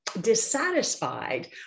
dissatisfied